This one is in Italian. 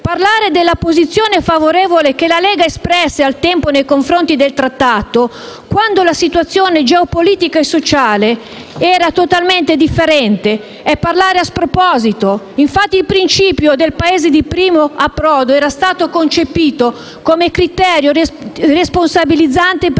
Parlare della posizione favorevole che la Lega espresse al tempo nei confronti del trattato, quando la situazione geopolitica e sociale era totalmente differente, è parlare a sproposito. Infatti, il principio del Paese di primo approdo era stato concepito come criterio responsabilizzante per